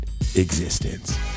existence